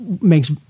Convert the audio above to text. makes